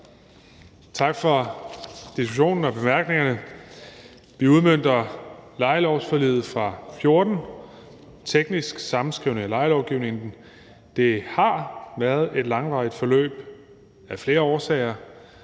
Tak for diskussionen og bemærkningerne. Vi udmønter lejelovsforliget fra 2014. Det er en teknisk sammenskrivning af lejelovgivningen. Det har været et langvarigt forløb af flere årsager,